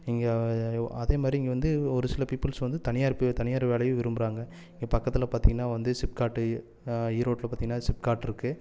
இங்கே அதே மாதிரி இங்கே வந்து ஒரு சில பீப்புள்ஸ் வந்து தனியார் ப தனியார் வேலையும் விரும்புகிறாங்க இங்கே பக்கத்தில் பார்த்திங்கன்னா வந்து சிப்கார்ட்டு ஈரோட்டில் பார்த்திங்கன்னா சிப்கார்ட் இருக்கு